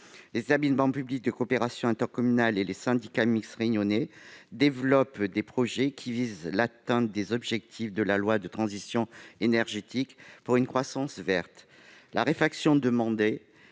Les établissements publics de coopération intercommunale et les syndicats mixtes réunionnais développent des projets visant à atteindre les objectifs de la loi relative à la transition énergétique pour la croissance verte. La réfaction demandée